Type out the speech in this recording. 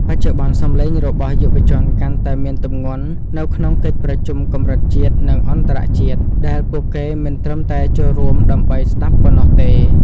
បច្ចុប្បន្ន សំឡេងរបស់យុវជនកាន់តែមានទម្ងន់នៅក្នុងកិច្ចប្រជុំកម្រិតជាតិ និងអន្តរជាតិ ដែលពួកគេមិនត្រឹមតែចូលរួមដើម្បីស្ដាប់ប៉ុណ្ណោះទេ។